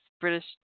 British